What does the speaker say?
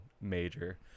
major